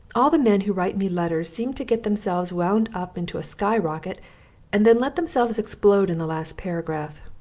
all the men who write me letters seem to get themselves wound up into a sky rocket and then let themselves explode in the last paragraph,